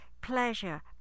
pleasure